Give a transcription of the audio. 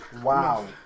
Wow